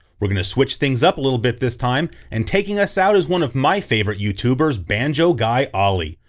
we're going to switch things up a little bit this time, and taking us out is one of my favorite youtubers, banjo guy ollie,